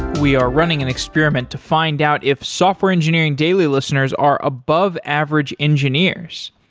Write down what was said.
we are running an experiment to find out if software engineering daily listeners are above average engineers.